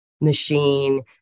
machine